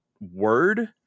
word